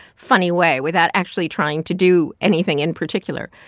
funny way without actually trying to do anything in particular.